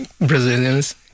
brazilians